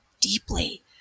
deeply